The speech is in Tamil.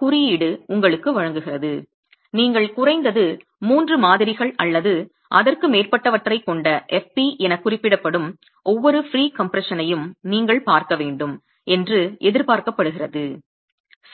குறியீடு உங்களுக்கு வழங்குகிறது நீங்கள் குறைந்தது 3 மாதிரிகள் அல்லது அதற்கு மேற்பட்டவற்றைக் கொண்ட fp எனக் குறிப்பிடப்படும் ஒவ்வொரு ப்ரீகம்ப்ரஷனையும் நீங்கள் பார்க்க வேண்டும் என்று எதிர்பார்க்கப்படுகிறது சரி